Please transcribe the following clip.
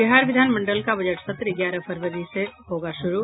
बिहार विधानमंडल का बजट सत्र ग्यारह फरवरी से होगा शुरू